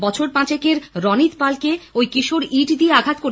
বছর পাঁচকের রণিত পালকে ওই কিশোর ইট দিয়ে আঘাত করে